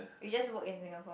we just work in Singapore